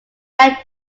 are